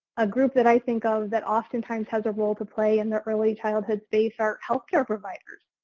a group that i think of that often times has a role to play in the early childhood stage are healthcare providers.